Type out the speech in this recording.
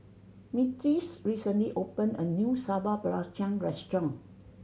Myrtis recently opened a new Sambal Belacan restaurant